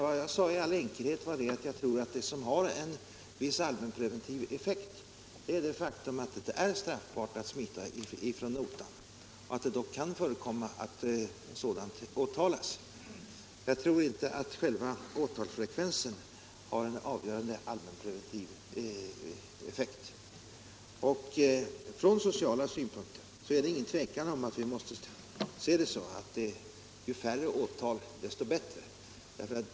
Vad jag i all enkelhet menade var att det som har en viss allmänpreventiv effekt är att det är straffbart att smita från notan och att det kan förekomma att sådant åtalas. Jag tror inte att själva åtalsfrekvensen har någon avgörande allmänpreventiv effekt. Från sociala synpunkter råder det ingen tvekan om att vi måste se det så att ju färre åtal desto bättre.